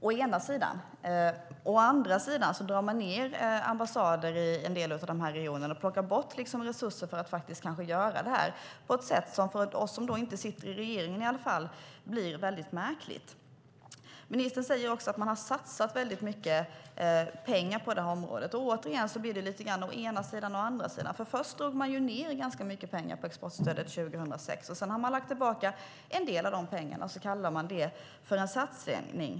Å andra sidan drar man in ambassader i en del av länderna i dessa regioner och tar bort resurser på ett för oss som inte sitter i regeringen märkligt sätt. Ministern säger också att man har satsat mycket pengar. Återigen blir det fråga om å ena sidan och å andra sidan. Först minskade man pengarna till exportstödet för 2006, och sedan har man lagt tillbaka en del av pengarna. Sedan kallar man det för en satsning.